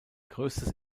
größtes